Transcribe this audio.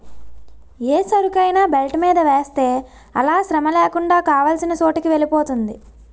ఏ సరుకైనా బెల్ట్ మీద వేస్తే అలా శ్రమలేకుండా కావాల్సిన చోటుకి వెలిపోతుంది